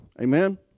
Amen